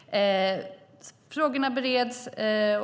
Är det möjligt?